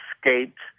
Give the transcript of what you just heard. escaped